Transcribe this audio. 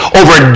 over